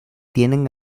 tienen